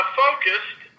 focused